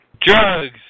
drugs